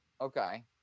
Okay